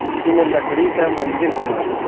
उसी में लकड़ी का मंदिर बनवाना था